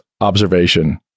observation